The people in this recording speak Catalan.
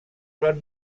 van